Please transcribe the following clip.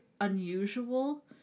unusual